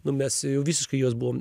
nu mes jau visiškai juos buvom